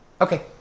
Okay